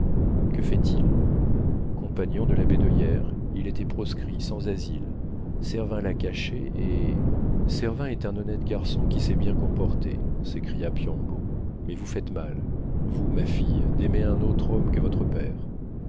que fait-il compagnon de labédoyère il était proscrit sans asile servin l'a caché et servin est un honnête garçon qui s'est bien comporté s'écria piombo mais vous faites mal vous ma fille d'aimer un autre homme que votre père